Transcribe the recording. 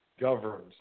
governs